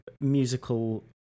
musical